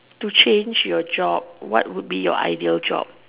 to change your job what will be your ideal job